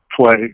play